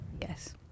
Yes